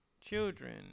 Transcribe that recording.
children